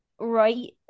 right